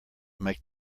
make